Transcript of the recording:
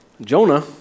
Jonah